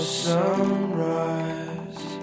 sunrise